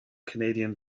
canadian